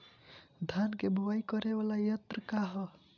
धान के बुवाई करे वाला यत्र का ह?